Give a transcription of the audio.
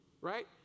right